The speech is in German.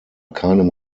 keinem